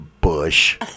Bush